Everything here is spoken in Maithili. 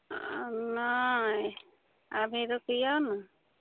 आ नहि अभी रुकिऔ ने